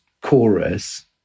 chorus